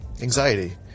anxiety